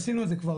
עשינו את זה כבר,